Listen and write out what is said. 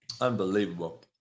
Unbelievable